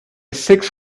six